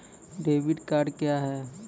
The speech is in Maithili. डेबिट कार्ड क्या हैं?